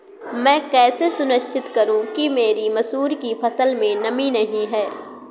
मैं कैसे सुनिश्चित करूँ कि मेरी मसूर की फसल में नमी नहीं है?